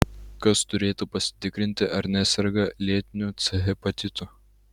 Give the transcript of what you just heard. kas turėtų pasitikrinti ar neserga lėtiniu c hepatitu